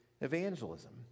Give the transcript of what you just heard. evangelism